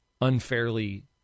unfairly